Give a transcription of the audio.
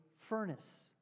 furnace